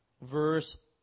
verse